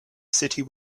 city